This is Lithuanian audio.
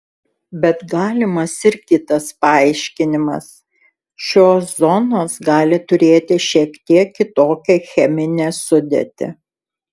bet galimas ir kitas paaiškinimas šios zonos gali turėti šiek tiek kitokią cheminę sudėtį